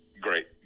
great